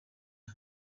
maj